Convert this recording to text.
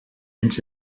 ens